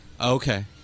Okay